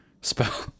spell